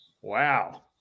Wow